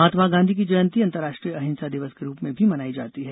महात्मा गांधी की जयंती अंतर्राष्ट्रीय अहिंसा दिवस के रूप में भी मनाई जाती है